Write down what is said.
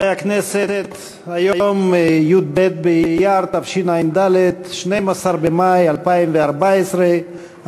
4 הודעת הממשלה על הפסקת כהונתו של סגן שר 8 שר החקלאות